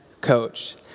coach